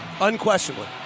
Unquestionably